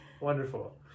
wonderful